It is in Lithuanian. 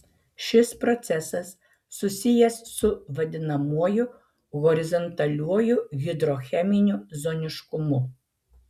šis procesas susijęs su vadinamuoju horizontaliuoju hidrocheminiu zoniškumu